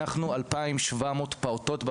אצלנו ברשות יש 2,700 פעוטות.